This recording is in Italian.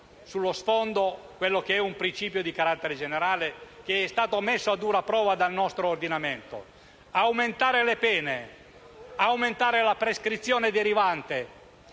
sullo sfondo un principio di carattere generale che è stato messo a dura prova dal nostro ordinamento; aumentare le pene, aumentare la prescrizione derivante,